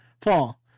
Fall